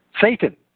Satan